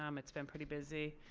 um it's been pretty busy.